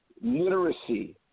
Literacy